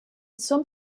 some